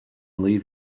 leave